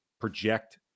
project